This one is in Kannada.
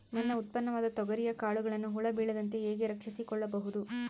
ನನ್ನ ಉತ್ಪನ್ನವಾದ ತೊಗರಿಯ ಕಾಳುಗಳನ್ನು ಹುಳ ಬೇಳದಂತೆ ಹೇಗೆ ರಕ್ಷಿಸಿಕೊಳ್ಳಬಹುದು?